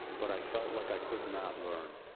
but i felt like i could not learn.